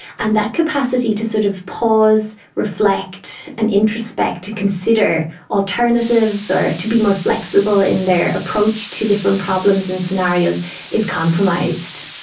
and that capacity to sort of pause, reflect and introspect, to consider alternatives or to be more flexible in their approach to different problems and scenarios is compromised.